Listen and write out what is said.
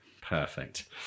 perfect